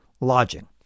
Lodging